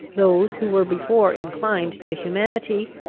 those who were before inclined to humanity,